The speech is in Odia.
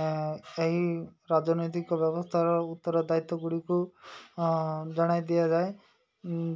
ଏହି ରାଜନୈତିକ ବ୍ୟବସ୍ଥାର ଉତ୍ତର ଦାୟିତ୍ୱ ଗୁଡ଼ିକୁ ଜଣାଇ ଦିଆଯାଏ